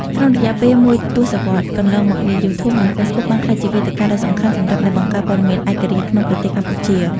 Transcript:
ក្នុងរយៈពេលមួយទសវត្សរ៍កន្លងមកនេះ YouTube និង Facebook បានក្លាយជាវេទិកាដ៏សំខាន់សម្រាប់អ្នកបង្កើតព័ត៌មានឯករាជ្យក្នុងប្រទេសកម្ពុជា។